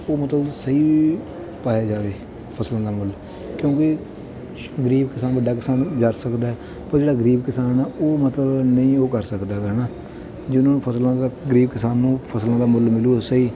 ਉਹ ਮਤਲਬ ਸਹੀ ਪਾਇਆ ਜਾਵੇ ਫਸਲਾਂ ਦਾ ਮੁੱਲ ਕਿਉਂਕਿ ਗਰੀਬ ਕਿਸਾਨ ਵੱਡਾ ਕਿਸਾਨ ਜਰ ਸਕਦਾ ਹੈ ਪਰ ਜਿਹੜਾ ਗਰੀਬ ਕਿਸਾਨ ਹੈ ਉਹ ਮਤਲਬ ਨਹੀਂ ਉਹ ਕਰ ਸਕਦਾ ਗਾ ਹੈ ਨਾ ਜਿਹਨਾਂ ਨੂੰ ਫਸਲਾਂ ਦਾ ਗਰੀਬ ਕਿਸਾਨ ਨੂੰ ਫਸਲਾਂ ਦਾ ਮੁੱਲ ਮਿਲੂ ਉਹ ਸਹੀ